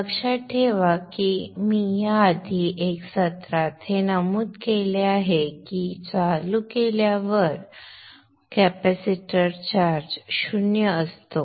लक्षात ठेवा की मी याआधी एका सत्रात हे नमूद केले आहे की चालू केल्यावर कॅपेसिटर चार्ज शून्य असतो